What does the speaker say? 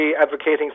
advocating